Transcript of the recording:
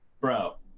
Bro